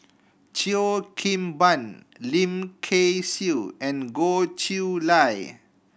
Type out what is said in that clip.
Cheo Kim Ban Lim Kay Siu and Goh Chiew Lye